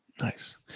Nice